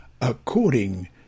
according